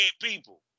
people